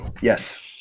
yes